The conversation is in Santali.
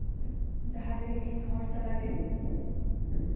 ᱡᱟᱦᱟᱸ ᱨᱮ ᱤᱧ ᱦᱚᱲ ᱛᱟᱞᱟᱨᱮ